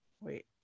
wait